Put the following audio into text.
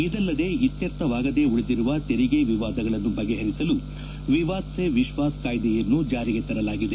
ಇದಲ್ಲದೆ ಇತ್ಯರ್ಥವಾಗೇ ಉಳಿದಿರುವ ತೆರಿಗೆ ವಿವಾದಗಳನ್ನು ಬಗೆಹರಿಸಲು ವಿವಾದ್ ಸೇ ವಿಶ್ವಾಸ್ ಕಾಯ್ದೆಯನ್ನು ಜಾರಿಗೆ ತರಲಾಗಿದೆ